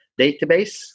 database